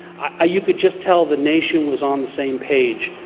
ah you could just tell the nation was on the same page,